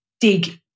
dig